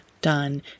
done